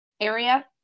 area